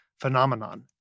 phenomenon